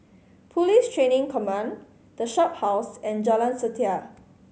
Police Training Command The Shophouse and Jalan Setia